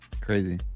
Crazy